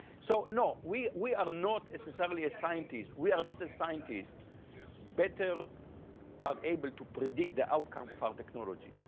so no, we we are not necessarily as scientists. we are not as scientist better are able to predict the outcome of our technology.